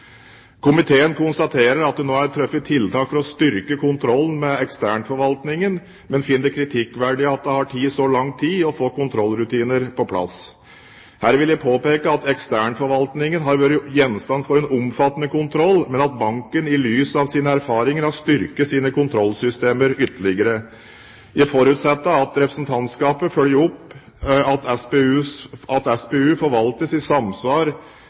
Komiteen konstaterer at det nå er truffet tiltak for å styrke kontrollen med eksternforvaltningen, men finner det kritikkverdig at det har tatt så lang tid å få kontrollrutiner på plass. Her vil jeg påpeke at eksternforvaltningen har vært gjenstand for en omfattende kontroll, men at banken i lys av sine erfaringer har styrket sine kontrollsystemer ytterligere. Jeg forutsetter at representantskapet følger opp at SPU forvaltes i samsvar